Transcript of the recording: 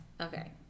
okay